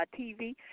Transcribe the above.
TV